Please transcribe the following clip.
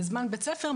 בזמן בית ספר,